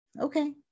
okay